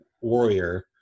warrior